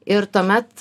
ir tuomet